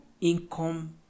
income